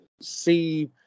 see